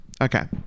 Okay